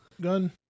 gun